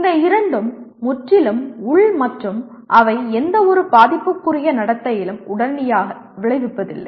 இந்த இரண்டும் முற்றிலும் உள் மற்றும் அவை எந்தவொரு பாதிப்புக்குரிய நடத்தையிலும் உடனடியாக விளைவிப்பதில்லை